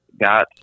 got